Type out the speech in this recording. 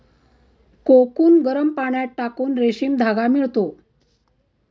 cocoon गरम पाण्यात टाकून रेशीम धागा मिळतो